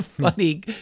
funny